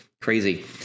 crazy